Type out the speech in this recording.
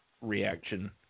reaction